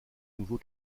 nouveau